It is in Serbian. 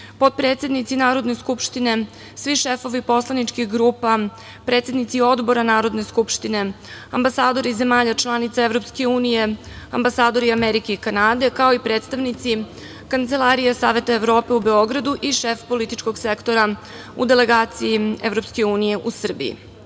potpredsednici Narodne skupštine, svi šefovi poslaničkih grupa, predsednici odbora Narodne skupštine, ambasadori zemalja članica EU, ambasadori Amerike i Kanade, kao i predstavnici Kancelarije Saveta Evrope u Beogradu i šef političkog sektora u delegaciji EU u Srbiji. Odbor